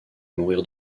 mourir